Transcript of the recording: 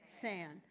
sand